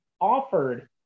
offered